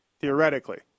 theoretically